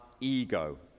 ego